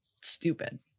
stupid